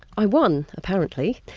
i won, apparently.